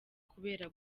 kubera